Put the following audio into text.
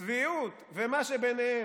צביעות ומה שביניהן.